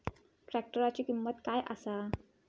ट्रॅक्टराची किंमत काय आसा?